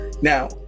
Now